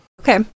okay